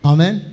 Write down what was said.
Amen. (